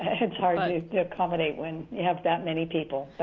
ah it's hard ah to to accommodate when you have that many people.